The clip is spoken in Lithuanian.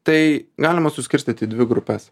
tai galima suskirstyt į dvi grupes